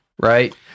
right